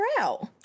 out